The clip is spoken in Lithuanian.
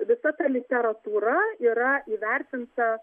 visa ta literatūra yra įvertinta